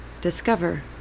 discover